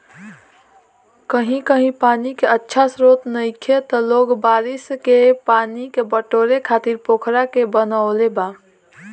कही कही पानी के अच्छा स्त्रोत नइखे त लोग बारिश के पानी के बटोरे खातिर पोखरा के बनवले बा